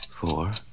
four